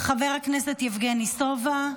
חבר הכנסת יבגני סובה,